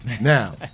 Now